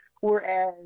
whereas